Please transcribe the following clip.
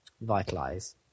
Vitalize